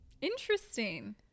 Interesting